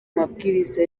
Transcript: mabwiriza